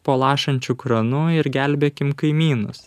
po lašančiu kranu ir gelbėkime kaimynus